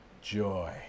joy